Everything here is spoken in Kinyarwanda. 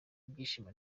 ibyishimo